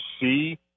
see –